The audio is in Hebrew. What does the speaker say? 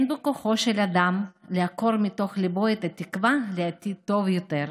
"אין בכוחו של אדם לעקור מתוך ליבו את התקווה לעתיד טוב יותר",